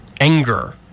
anger